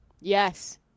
Yes